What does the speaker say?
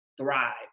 thrive